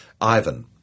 Ivan